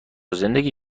زندگی